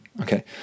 okay